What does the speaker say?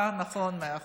מאה אחוז.